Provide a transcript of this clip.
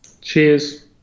Cheers